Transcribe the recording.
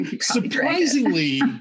Surprisingly